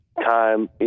time